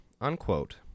Unquote